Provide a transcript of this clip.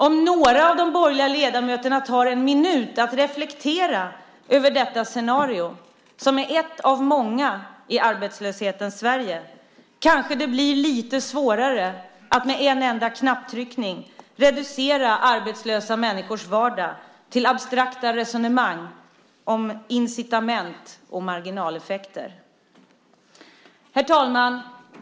Om några av de borgerliga ledamöterna tar en minut och reflekterar över detta scenario som är ett av många i arbetslöshetens Sverige kanske det blir lite svårare att med en enda knapptryckning reducera arbetslösa människors vardag till abstrakta resonemang om incitament och marginaleffekter. Herr talman!